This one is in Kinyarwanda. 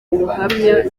ubuhamya